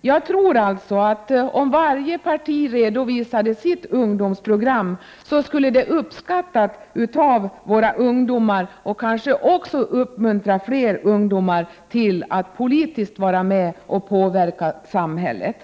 Jag tror att om varje parti redovisade sitt ungdomsprogram skulle det uppskattas av våra ungdomar och kanske också uppmuntra fler ungdomar att vara med politiskt och påverka samhället.